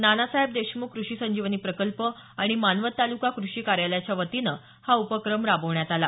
नानासाहेब देशमुख कृषी संजीवनी प्रकल्प आणि मानवत तालुका कृषी कार्यालयाच्या वतीनं हा उपक्रम राबवण्यात आला